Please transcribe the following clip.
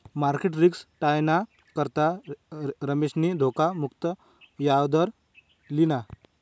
market risk टायाना करता रमेशनी धोखा मुक्त याजदर लिना